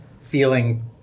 feeling